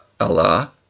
Allah